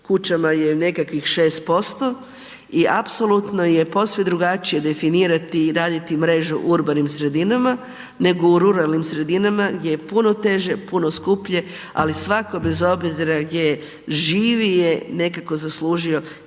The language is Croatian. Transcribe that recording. kućama je nekakvih 6% i apsolutno je posve drugačije definirati i raditi mrežu u urbanim sredinama nego u ruralnim sredinama gdje je puno teže, puno skuplje ali svako bez obzira gdje živi je nekako zaslužio